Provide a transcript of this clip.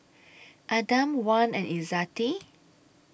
Adam Wan and Izzati